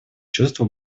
чувство